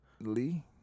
Lee